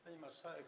Pani Marszałek!